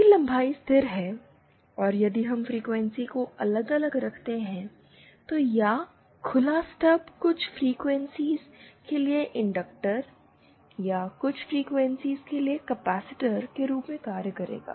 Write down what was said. यदि लंबाई स्थिर है और यदि हम फ्रीक्वेंसी को अलग अलग रखते हैं तो यह खुला स्टब कुछ फ्रीक्वेंसीयों के लिए इंडक्टर या कुछ फ्रीक्वेंसीयों के लिए कैपेसिटर के रूप में कार्य करेगा